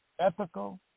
ethical